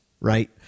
right